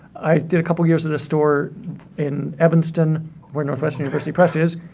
i did a couple years at a store in evanston where northwestern university press is,